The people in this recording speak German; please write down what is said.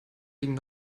liegen